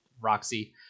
Roxy